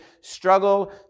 struggle